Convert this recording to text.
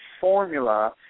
formula